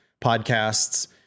podcasts